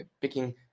picking